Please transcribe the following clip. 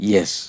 Yes